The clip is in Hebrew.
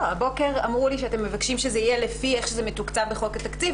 הבוקר אמרו לי שאתם מבקשים שזה יהיה לפי איך שזה מתוקצב בחוק התקציב.